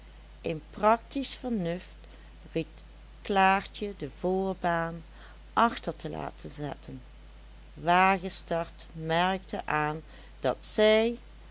een practisch vernuft ried klaartje de voorbaan achter te laten zetten wagestert merkte aan dat zij